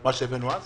מה שהבאנו אז?